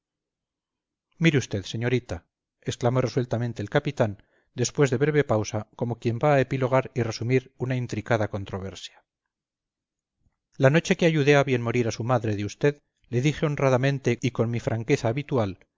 mire usted señorita exclamó resueltamente el capitán después de breve pausa como quien va a epilogar y resumir una intrincada controversia la noche que ayudé a bien morir a su madre de usted le dije honradamente y con mi franqueza habitual